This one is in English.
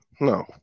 No